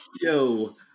Yo